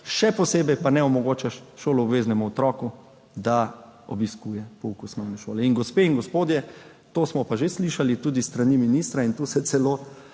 še posebej pa ne omogočaš šoloobveznemu otroku, da obiskuje pouk osnovne šole. Gospe in gospodje, to smo pa že slišali tudi s strani ministra, in tu se celo